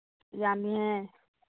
ꯌꯥꯝꯃꯤꯍꯦ